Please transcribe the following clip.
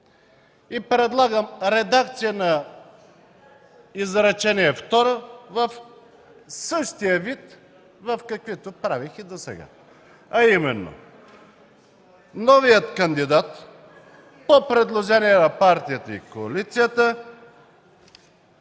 Предлагам редакция на изречение второ в същия вид, в какъвто правих и досега, а именно „новият кандидат по предложение на партията или коалицията